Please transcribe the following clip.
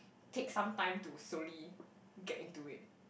take some time to slowly get into it